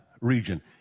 region